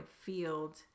field